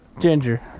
Ginger